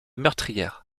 meurtrières